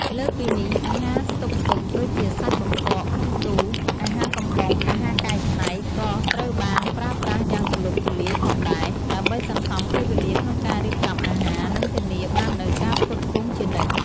លើសពីនេះ អាហារស្តុកទុក ដូចជាសាច់បង្កកក្នុងទូរ អាហារកំប៉ុង អាហារកែច្នៃ ក៏ត្រូវបានប្រើប្រាស់យ៉ាងទូលំទូលាយផងដែរ ដើម្បីសន្សំពេលវេលាក្នុងការរៀបចំអាហារ និងធានាបាននូវការផ្គត់ផ្គង់ជានិច្ច។